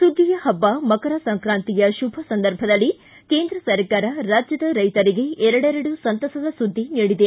ಸುಗ್ಗಿಯ ಹಬ್ಬ ಮಕರ ಸಂಕ್ರಾಂತಿಯ ಶುಭ ಸಂದರ್ಭದಲ್ಲಿ ಕೇಂದ್ರ ಸರ್ಕಾರ ರಾಜ್ಯದ ರೈತರಿಗೆ ಎರೆಡೆರಡು ಸಂತಸದ ಸುದ್ದಿ ನೀಡಿದೆ